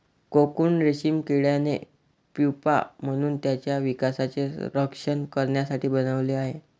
cocoon रेशीम किड्याने pupa म्हणून त्याच्या विकासाचे रक्षण करण्यासाठी बनवले आहे